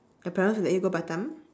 your parents will let you go batam